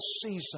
season